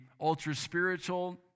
ultra-spiritual